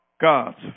God's